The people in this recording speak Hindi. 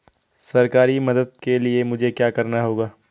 सरकारी मदद के लिए मुझे क्या करना होगा?